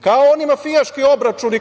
kao oni mafijaški obračuni